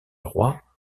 roi